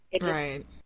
Right